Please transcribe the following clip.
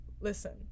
Listen